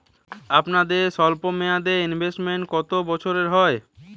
আপনাদের স্বল্পমেয়াদে ইনভেস্টমেন্ট কতো বছরের হয়?